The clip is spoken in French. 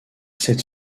cette